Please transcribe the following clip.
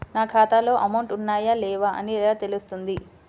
నా ఖాతాలో అమౌంట్ ఉన్నాయా లేవా అని ఎలా తెలుస్తుంది?